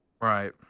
Right